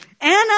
Anna